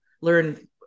learn